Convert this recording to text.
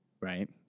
right